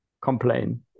complain